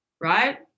right